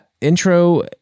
intro